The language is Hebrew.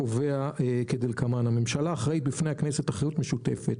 קובע כדלקמן: "הממשלה אחראית בפני הכנסת אחריות משותפת,